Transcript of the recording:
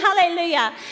hallelujah